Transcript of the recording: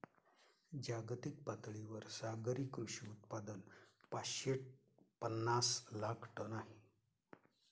जागतिक पातळीवर सागरी कृषी उत्पादन पाचशे पनास लाख टन आहे